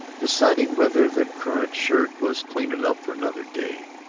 deciding whether the current shirt was clean enough for another day.